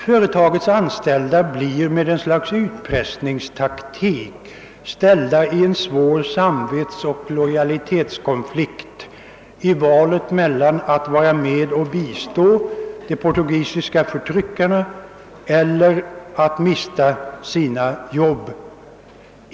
Företagets anställda blir med en sorts utpressningstaktik ställda inför en svår samvetsoch lojalitetskonflikt i valet mellan att vara med och bistå de portugisiska förtryckarna eller att mista sina jobb.